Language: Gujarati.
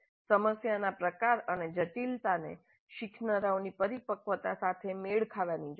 સમસ્યાના પ્રકાર અને જટિલતાને શીખનારાઓની પરિપક્વતા સાથે મેળ ખાવાની જરૂર છે